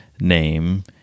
name